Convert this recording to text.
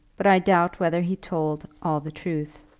but i doubt whether he told all the truth.